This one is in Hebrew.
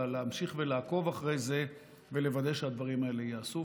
להמשיך ולעקוב אחרי זה ולוודא שהדברים האלה ייעשו.